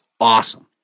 awesome